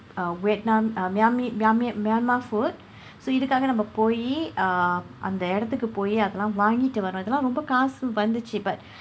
uh Vietnam Myanmar Myanmar Myanmar food so இதுக்காக நம்ம போய்:ithukkaaka namma pooy uh அந்த இடத்துக்கு போய் அதை எல்லாம் வாங்கிட்டு வரும் இது எல்லாம் ரொம்ப காசு வந்தது:andtha idaththukku pooy athai ellaam vangkitdu varum ithu ellaam rompa kaasu vandthathu but